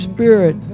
Spirit